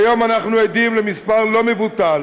כיום אנחנו עדים למספר לא מבוטל